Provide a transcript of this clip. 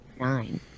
Nine